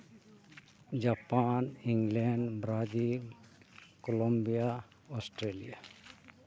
Japan England Brazil Columbia Australia